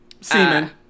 semen